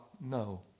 no